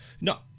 No